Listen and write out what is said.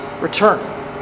return